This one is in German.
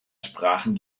sprachen